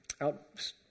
out